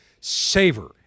Savor